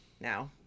now